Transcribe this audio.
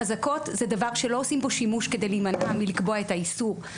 חזקות זה דבר שלא עושים בו שימוש כדי להימנע מלקבוע את האיסור.